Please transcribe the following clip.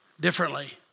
differently